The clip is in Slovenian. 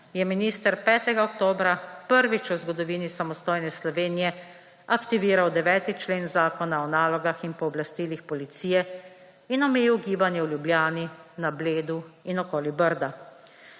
je minister 5. oktobra prvič v zgodovini samostojne Slovenije aktiviral 9. člen Zakona o nalogah in pooblastilih policije in omejil gibanje v Ljubljani, na Bledu in okoli Brda.